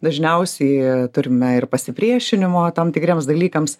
dažniausiai turime ir pasipriešinimo tam tikriems dalykams